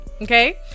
Okay